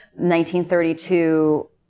1932